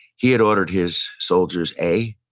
he had ordered his soldiers, a,